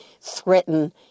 threaten